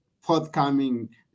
forthcoming